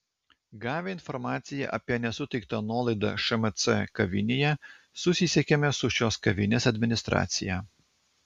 gavę informaciją apie nesuteiktą nuolaidą šmc kavinėje susisiekėme su šios kavinės administracija